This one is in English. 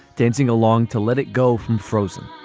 dancing along to let it go from frozen